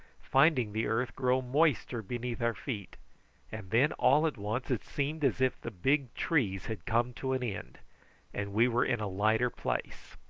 finding the earth grow moister beneath our feet and then all at once it seemed as if the big trees had come to an end and we were in a lighter place.